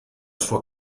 sua